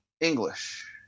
English